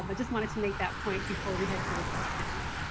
um but just wanted to make that point before we head to the questions.